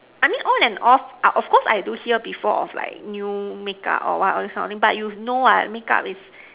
I mean all and off of course I do see her before of like new makeup or what all these kind of thing but you know what makeup is